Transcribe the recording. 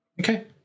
Okay